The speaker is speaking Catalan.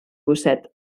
gosset